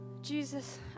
Jesus